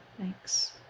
thanks